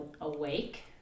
awake